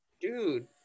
dude